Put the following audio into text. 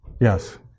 Yes